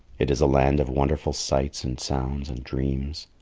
it is a land of wonderful sights and sounds and dreams.